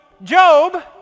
Job